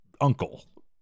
uncle